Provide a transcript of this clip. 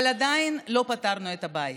אבל עדיין לא פתרנו את הבעיה.